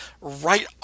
right